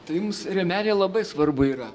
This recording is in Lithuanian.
tai jums rėmeliai labai svarbu yra